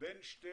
בין שני